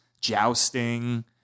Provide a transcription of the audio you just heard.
jousting